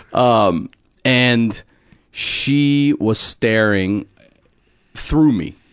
um and she was staring through me.